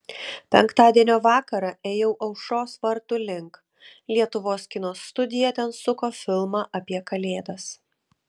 penktadienio vakarą ėjau aušros vartų link lietuvos kino studija ten suko filmą apie kalėdas